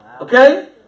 Okay